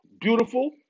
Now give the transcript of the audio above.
beautiful